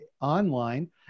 online